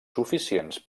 suficients